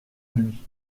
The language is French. lui